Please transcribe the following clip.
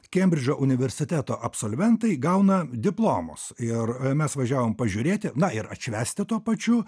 kembridžo universiteto absolventai gauna diplomus ir mes važiavom pažiūrėti na ir atšvęsti tuo pačiu